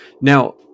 Now